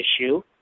issue